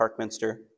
Parkminster